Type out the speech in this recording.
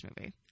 movie